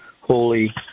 Holy